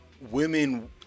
women